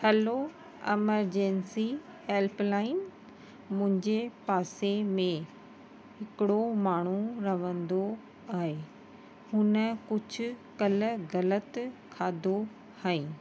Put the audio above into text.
हलो emergency helpline मुंहिंजे पासे में हिकिड़ो माण्हू रहंदो आहे हुन कुझु कल्ह ग़लति खाधो हुअई